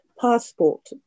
passport